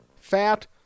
Fat